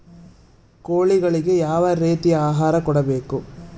ಕೋಳಿಗಳಿಗೆ ಯಾವ ರೇತಿಯ ಆಹಾರ ಕೊಡಬೇಕು?